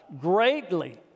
greatly